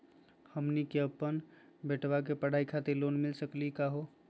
हमनी के अपन बेटवा के पढाई खातीर लोन मिली सकली का हो?